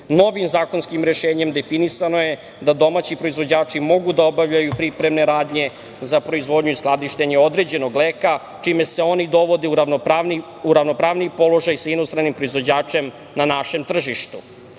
zakonskim rešenjem definisano je da domaći proizvođači mogu da obavljaju pripremne radnje za proizvodnju i skladištenje određenog leka čime se oni dovode u ravnopravniji položaj sa inostranim proizvođačem na našem